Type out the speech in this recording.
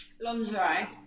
Lingerie